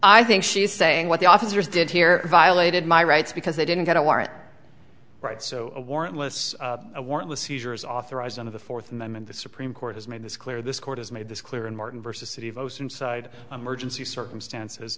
i think she's saying what the officers did here violated my rights because they didn't get a warrant right so a warrantless warrantless seizure is authorized under the fourth amendment the supreme court has made this clear this court has made this clear in martin versus city of oceanside emergency circumstances